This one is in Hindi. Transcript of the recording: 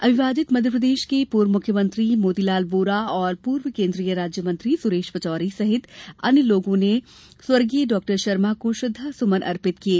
अविभाजित मध्यप्रदेश के पूर्व मुख्यमंत्री मोतीलाल वोरा और पूर्व केन्द्रीय राज्य मंत्री सुरेश पचौरी सहित अन्य लोगों ने स्व डॉ शर्मा को श्रद्धा सुमन अर्पित किये